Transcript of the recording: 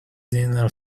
dinner